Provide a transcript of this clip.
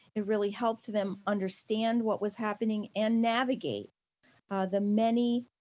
it really helped them understand what was happening and navigate the many